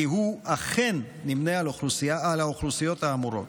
הוא אכן נמנה עם האוכלוסיות האמורות.